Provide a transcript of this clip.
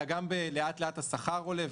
אלא גם רואים שלאט לאט השכר עולה.